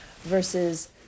versus